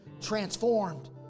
transformed